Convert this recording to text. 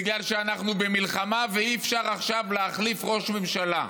בגלל שאנחנו במלחמה ואי-אפשר עכשיו להחליף ראש ממשלה.